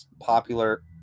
popular